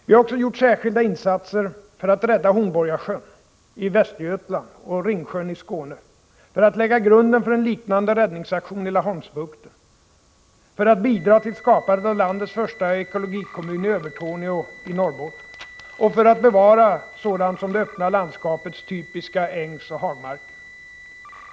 Vi har också gjort särskilda insatser —- för att lägga grunden för en liknande räddningsaktion i Laholmsbukten, — för att bidra till skapandet av landets första ”ekologikommun” i Övertorneå i Norrbotten och - för att bevara sådant som det öppna landskapets typiska ängsoch hagmarker.